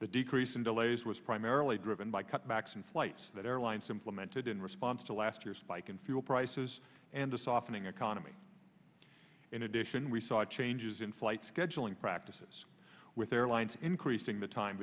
the decrease in delays was primarily driven by cutbacks in flights that airlines implemented in response to last year's spike in fuel prices and a softening economy in addition we saw changes in flight scheduling practices with airlines increasing the time